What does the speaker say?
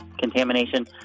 contamination